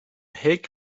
haig